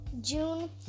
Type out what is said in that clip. June